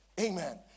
Amen